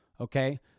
Okay